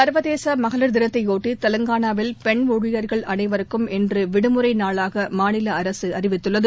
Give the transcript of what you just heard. சர்வதேச மகளிர் தினத்தையொட்டி தெலங்கானாவில் பெண் ஊழியர்கள் அனைவருக்கும் இன்று விடுமுறை நாளாக மாநில அரசு அறிவித்துள்ளது